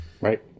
right